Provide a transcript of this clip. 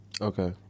Okay